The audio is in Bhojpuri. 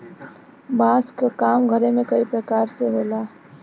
बांस क काम घरे में कई परकार से होला